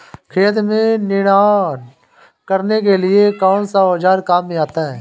खेत में निनाण करने के लिए कौनसा औज़ार काम में आता है?